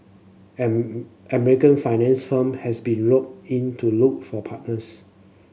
am American finance firm has been roped in to look for partners